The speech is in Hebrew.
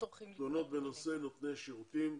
תלונות בנושא נותני שירותים.